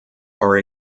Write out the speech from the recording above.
are